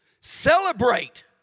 Celebrate